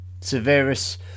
Severus